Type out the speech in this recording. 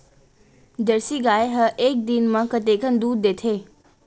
Jersey गाय ह एक दिन म कतेकन दूध देथे?